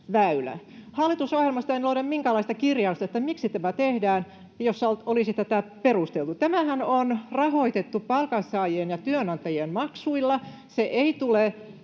Hallitusohjelmasta en löydä minkäänlaista kirjausta siitä, miksi tämä tehdään, ja jossa olisi tätä perusteltu. Tämähän on rahoitettu palkansaajien ja työnantajien maksuilla. Se ei tule